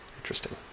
Interesting